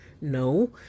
No